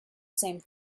same